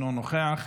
אינו נוכח,